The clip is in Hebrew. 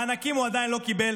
מענקים הוא עדיין לא קיבל,